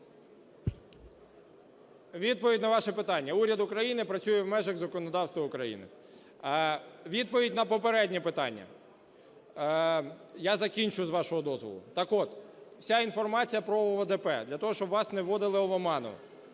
Відповідь на ваше питання. Уряд України працює в межах законодавства України. Відповідь на попереднє питання. Я закінчу, з вашого дозволу. Так от, вся інформація про ОВДП, для того, щоб вас не вводили в оману,